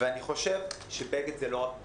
אני חושב שבגד הוא לא רק בגד.